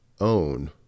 own